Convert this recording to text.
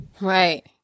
Right